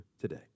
today